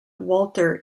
walter